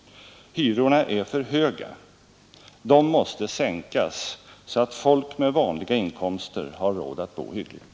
Hyrorna är för höga. De måste sänkas så att folk med vanliga inkomster har råd att bo hyggligt.